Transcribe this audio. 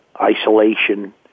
isolation